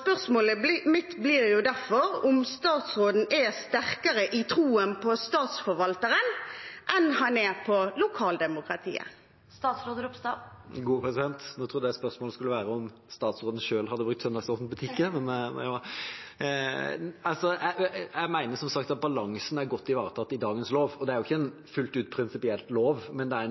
Spørsmålet mitt blir derfor om statsråden er sterkere i troen på Statsforvalteren enn han er på lokaldemokratiet. Nå trodde jeg spørsmålet skulle være om statsråden selv hadde brukt søndagsåpne butikker. Jeg mener som sagt at balansen er godt ivaretatt i dagens lov. Det er jo ikke en fullt ut prinsipiell lov, men det er